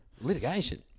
Litigation